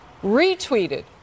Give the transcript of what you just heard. retweeted